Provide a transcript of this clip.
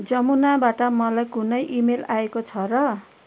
जमुनाबाट मलाई कुनै इमेल आएको छ र